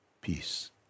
peace